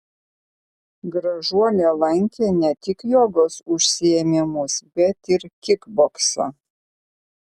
gražuolė lankė ne tik jogos užsiėmimus bet ir kikboksą